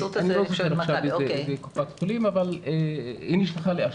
אני לא זוכר עכשיו איזה קופת חולים אבל היא נשלחה לאשדוד.